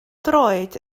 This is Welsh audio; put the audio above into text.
droed